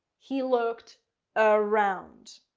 he looked around.